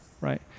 right